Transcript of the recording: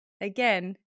Again